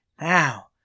Now